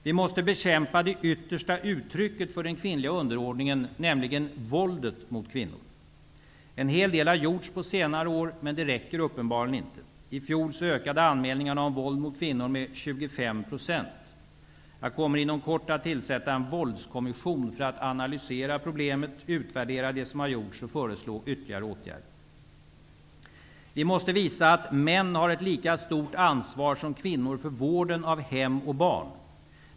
Vi måste bekämpa det yttersta uttrycket för den kvinnliga underordningen, nämligen våldet mot kvinnor. En hel del har gjorts på senare år, men det räcker uppenbarligen inte. I fjol ökade anmälningarna om våld mot kvinnor med 25 %. Jag kommer inom kort att tillsätta en våldskommission för att analysera problemet, utvärdera det som har gjorts och föreslå ytterligare åtgärder. Vi måste visa att män har ett lika stort ansvar som kvinnor för vården av hem och barn.